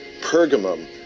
Pergamum